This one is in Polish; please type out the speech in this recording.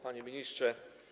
Panie Ministrze!